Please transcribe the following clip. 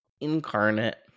incarnate